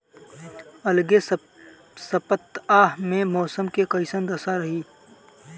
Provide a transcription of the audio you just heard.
अलगे सपतआह में मौसम के कइसन दशा रही?